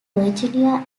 virginia